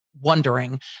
wondering